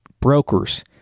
brokers